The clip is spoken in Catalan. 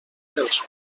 els